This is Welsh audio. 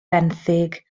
benthyg